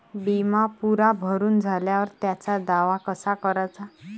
बिमा पुरा भरून झाल्यावर त्याचा दावा कसा कराचा?